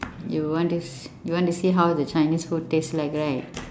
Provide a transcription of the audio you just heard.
you want to s~ you want to see how the chinese food taste like right